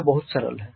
यह बहुत सरल है